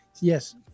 Yes